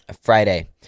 Friday